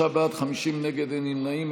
33 בעד, 50 נגד, אין נמנעים.